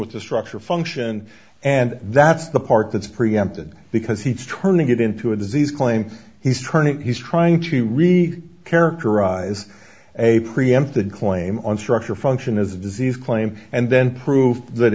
with the structure function and that's the part that's preempted because he's turning it into a disease claim he's turning he's trying to re characterize a preemptive claim on structure function as a disease claim and then prove that